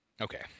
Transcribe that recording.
Okay